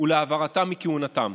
ולהעברתם מכהונתם.